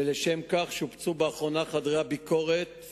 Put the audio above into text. ולשם כך שופצו באחרונה חדרי הביקורים